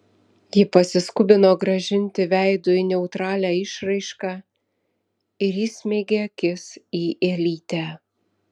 ji pasiskubino grąžinti veidui neutralią išraišką ir įsmeigė akis į elytę